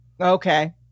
Okay